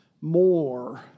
more